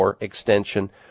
extension